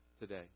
today